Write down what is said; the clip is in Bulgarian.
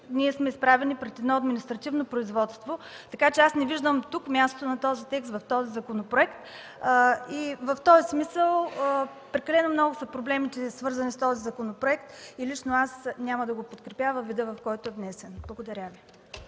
сме изправени пред административно производство, така че не виждам тук мястото на този текст в настоящия законопроект. Прекалено много са проблемите, свързани с този законопроект и лично аз няма да го подкрепя във вида, в който е внесен. Благодаря Ви.